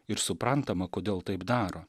ir suprantama kodėl taip daro